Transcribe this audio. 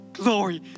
glory